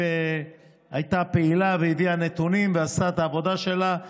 והייתה פעילה והביאה נתונים ועשתה את העבודה שלה,